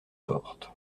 porte